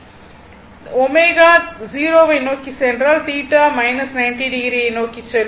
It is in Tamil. ω 0 வை நோக்கி சென்றால் θ 90o வை நோக்கி செல்லும்